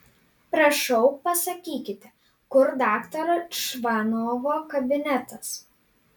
prašau pasakykite kur daktaro čvanovo kabinetas